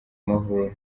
mavubi